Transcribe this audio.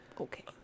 okay